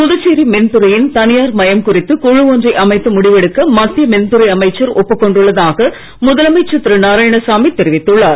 புதுச்சேரி மின்துறையின் தனியார் மயம் குறித்து குழு ஒன்றை அமைத்து முடிவெடுக்க மத்திய மின்துறை அமைச்சர் ஒப்புக் கொண்டுள்ளதாக முதலமைச்சர் திரு நாராயணசாமி தெரிவித்துள்ளார்